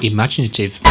Imaginative